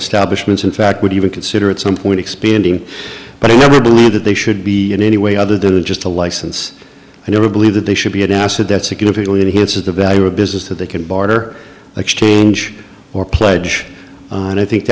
establishments in fact would even consider at some point expanding but i would believe that they should be in any way other than just a license i don't believe that they should be an asset that security only enhances the value of business that they could barter exchange or pledge and i think